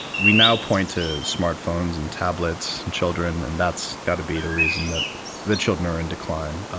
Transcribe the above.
we now point to smartphones and tablets and children and that's got to be the reason that the children are in decline.